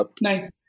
Nice